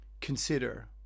consider